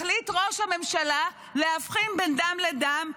מחליט ראש הממשלה להבחין בין דם לדם,